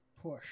push